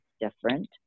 different